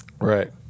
Right